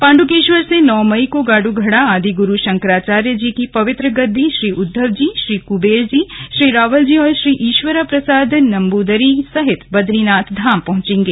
पांडुकेश्वर से नौ मई को गाडू घड़ा आदि गुरू शंकराचार्य जी की पवित्र गद्दी श्री उद्वव जी श्री कुबेर जी श्री रावल और श्री ईश्वरा प्रसाद नंबूदरी सहित बदरीनाथ धाम पहुंचेगे